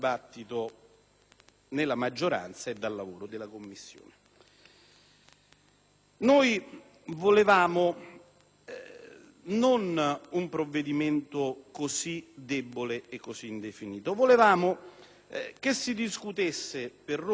nella maggioranza e dal lavoro delle Commissioni. Noi volevamo non un provvedimento così debole ed indefinito. Volevamo che si discutesse per Roma capitale